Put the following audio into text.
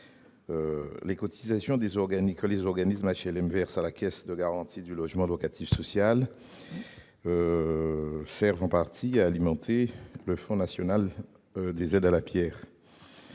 Les cotisations que les organismes d'HLM versent à la Caisse de garantie du logement locatif social, la CGLLS, servent, en partie, à alimenter le Fonds national des aides à la pierre,